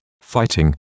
fighting